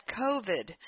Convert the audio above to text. COVID